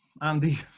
Andy